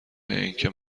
اینکه